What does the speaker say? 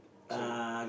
sorry